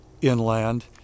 inland